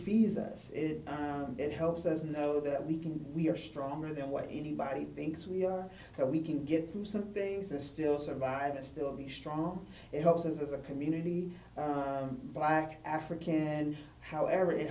fees us it helps us know that we can we are stronger than what anybody thinks we are that we can get through some things and still survive and still be strong it helps us as a community black african and however it